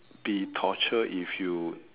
be torture if you